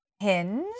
Hinge